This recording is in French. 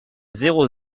zéro